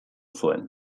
zuen